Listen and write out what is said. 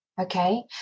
okay